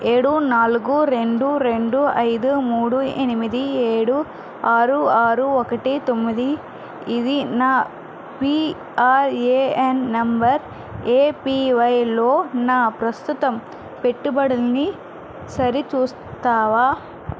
ఏడు నాలుగు రెండు రెండు ఐదు మూడు ఎనిమిది ఏడు ఆరు ఆరు ఒకటి తొమ్మిది ఇది నా పిఆర్ఏఎన్ నంబరు ఏపివైలో నా ప్రస్తుత పెట్టుబడుల్ని సరిచూస్తావా